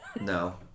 No